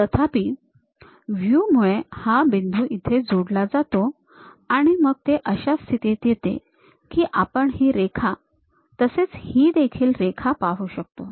तथापि व्ह्यू मूळे हा बिंदू इथे जोडला जातो आणि मग ते अशा स्थितीत येते की आपण ही रेखा तसेच ही देखील रेखा पाहू शकतो